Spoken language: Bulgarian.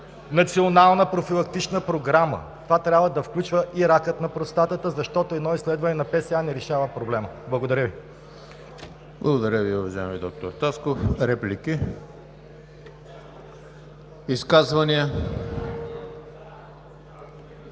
Национална профилактична програма, това трябва да включва и рака на простата, защото едно изследване на PSA не решава проблема. Благодаря Ви. ПРЕДСЕДАТЕЛ ЕМИЛ ХРИСТОВ: Благодаря Ви, уважаеми доктор Тасков. Реплики? Изказвания?